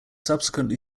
subsequently